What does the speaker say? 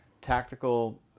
tactical